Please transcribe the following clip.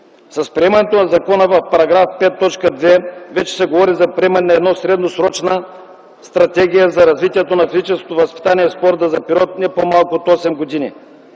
С приемането на закона в § 5, т. 2 се говори за приемане на средносрочна стратегия за развитието на физическото възпитание и спорта за период не по-малък от 8 години.